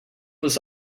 was